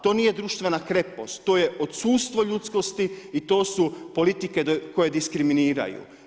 To nije društvena krepost, to je odsustvo ljudskosti i to su politike koje diskriminiraju.